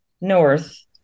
north